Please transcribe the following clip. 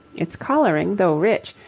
its colouring, though rich,